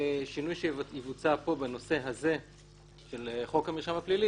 שינוי שיבוצע בנושא הזה של חוק המרשם הפלילי